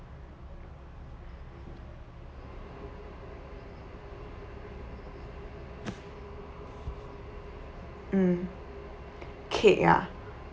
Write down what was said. mm cake yeah